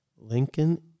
Lincoln